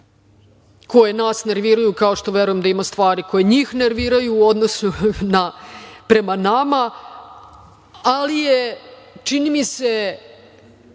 koje nas nerviraju, kao što verujem da ima stvari koje njih nerviraju u odnosu prema nama, ali je, čini mi se,